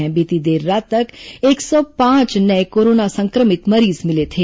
वहीं बीती देर रात तक एक सौ पांच नए कोरोना संक्र मित मरीज मिले थे